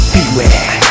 Beware